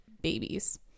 Babies